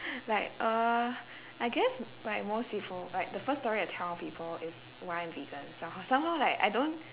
like uh I guess like most people like the first story I tell people is why vegan somehow somehow like I don't